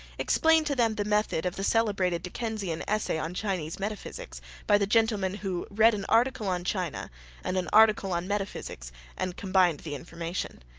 explained to them the method of the celebrated dickensian essay on chinese metaphysics by the gentleman who read an article on china and an article on metaphysics and combined the information.